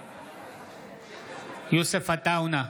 נגד יוסף עטאונה,